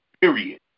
period